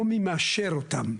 לא מי מאשר אותם,